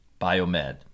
Biomed